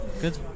Good